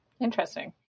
Interesting